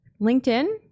LinkedIn